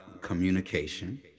communication